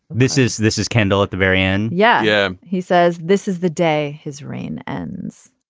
this is this is kendall at the very end. yeah. yeah. he says this is the day his reign ends.